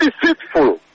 deceitful